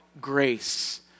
grace